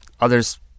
Others